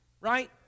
right